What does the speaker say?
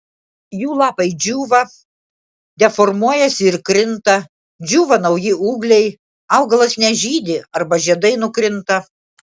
jų lapai džiūva deformuojasi ir krinta džiūva nauji ūgliai augalas nežydi arba žiedai nukrinta